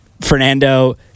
fernando